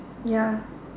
ya